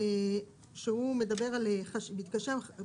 הוא מדבר על מקרה של דחיפות,